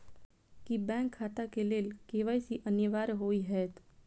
की bank खाता केँ लेल के.वाई.सी अनिवार्य होइ हएत?